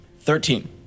Thirteen